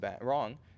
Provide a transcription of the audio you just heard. wrong